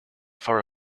for